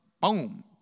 boom